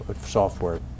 software